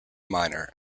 minor